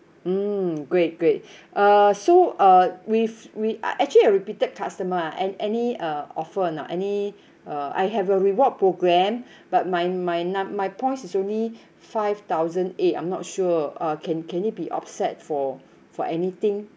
mm great great uh so uh with we are actually a repeated customer and any uh offer or not any uh I have a reward program but my my num~ my points is only five thousand eight I'm not sure uh can can it be offset for for anything